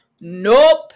nope